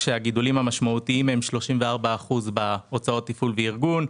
כשהגידולים המשמעותיים הם 34% בהוצאות תפעול וארגון,